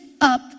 up